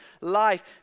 life